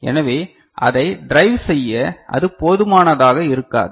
எனவே அதை ட்ரைவ் செய்ய அது போதுமானதாக இருக்காது